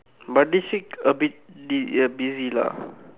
but this week a bit di~ uh busy lah